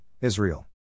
Israel